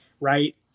Right